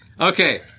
okay